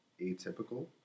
atypical